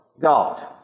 God